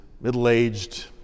middle-aged